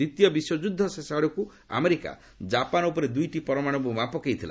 ଦ୍ୱିତୀୟ ବିଶ୍ୱଯୁଦ୍ଧ ଶେଷ ଆଡ଼କୁ ଆମେରିକା ଜାପାନ୍ ଉପରେ ଦୁଇଟି ପରମାଣୁ ବୋମା ପକାଇଥିଲା